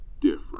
different